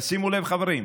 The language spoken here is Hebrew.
שימו לב, חברים: